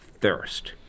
thirst